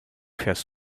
fährst